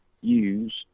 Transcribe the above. use